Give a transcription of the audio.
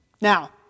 Now